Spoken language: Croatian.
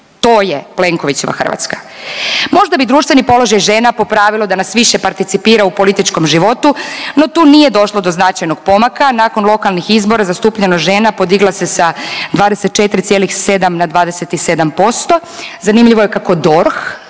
To je Plenkovićeva Hrvatska. Možda bi društveni položaj žena popravilo da nas više participira u političkom životu, no tu nije došlo do značajnih pomaka. Nakon lokalnih izbora zastupljenost žena podigla se sa 24,7 na 27%. Zanimljivo je kako DORH